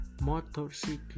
motorcycle